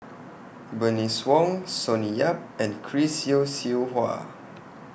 Bernice Wong Sonny Yap and Chris Yeo Siew Hua